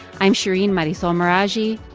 i'm shereen marisol meraji.